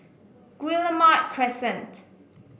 Guillemard Crescent